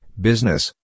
Business